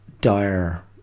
dire